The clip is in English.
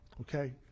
Okay